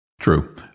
True